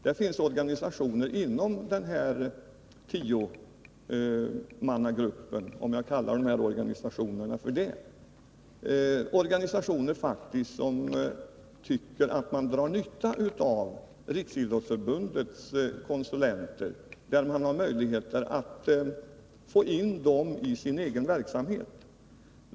Det finns organisationer inom Onsdagen den den här tiomannagruppen — om jag skall kalla dessa organisationer så — vilka 24 november 1982 faktiskt tycker att man drar nytta av Riksidrottsförbundets konsulenter, när man har möjlighet att få in dem i sin egen verksamhet.